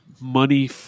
money